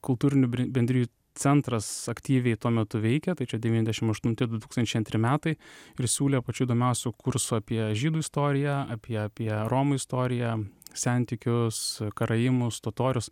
kultūrinių bre bendrijų centras aktyviai tuo metu veikė tai čia devyniasdešim aštunti du tūkstančiai antri metai ir siūlė pačių įdomiausių kursų apie žydų istoriją apie apie romų istoriją sentikius karaimus totorius